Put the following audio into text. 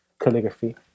calligraphy